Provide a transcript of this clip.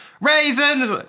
Raisins